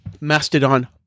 Mastodon